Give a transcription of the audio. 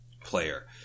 player